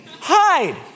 Hide